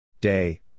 Day